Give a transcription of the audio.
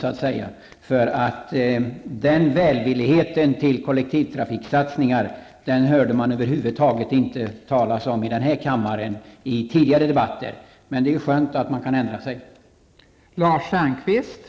Man märkte i tidigare debatter över huvud taget inte någon välvillighet i denna kammare när det gällde kollektivtrafiksatsningar, men det är skönt att det går att ändra sig.